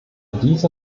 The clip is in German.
diese